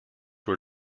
were